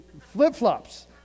flip-flops